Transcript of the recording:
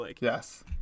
Yes